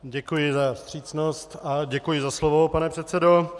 Děkuji za vstřícnost a děkuji za slovo, pane předsedo.